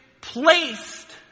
placed